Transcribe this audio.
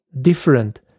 different